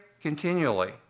continually